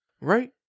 Right